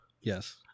yes